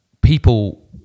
People